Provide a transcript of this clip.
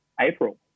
april